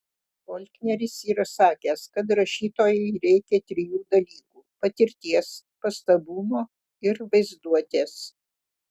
folkneris yra sakęs kad rašytojui reikia trijų dalykų patirties pastabumo ir vaizduotės